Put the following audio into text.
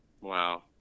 Wow